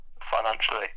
financially